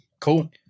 Cool